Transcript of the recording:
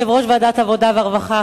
יושב-ראש ועדת העבודה והרווחה,